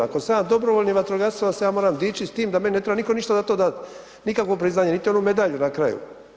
Ako sam ja dobrovoljni vatrogasac onda se ja moram dičiti s tim da meni ne treba nitko ništa za to dati, nikakvo priznanje, niti onu medalju na kraju.